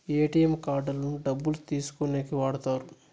ATM కార్డులను డబ్బులు తీసుకోనీకి వాడుతారు